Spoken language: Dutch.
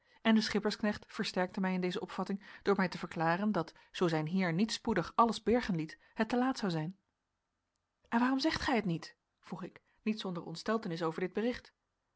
en de schippersknecht versterkte mij in deze opvatting door mij te verklaren dat zoo zijn heer niet spoedig alles bergen liet het te laat zou zijn en waarom zegt gij het niet vroeg ik niet zonder ontsteltenis over dit bericht